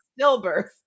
stillbirth